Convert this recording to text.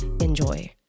Enjoy